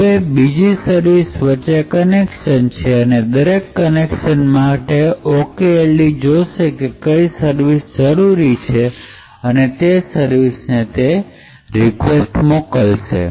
હવે અને બીજી સર્વિસ વચ્ચે કનેક્શન છે અને દરેક કનેક્શન માટે ઓકે ડી જોશે કે કઈ સર્વિસ જરૂરી છે અને તે સર્વિસને એ રિક્વેસ્ટ મોકલશે